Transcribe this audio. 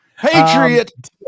Patriot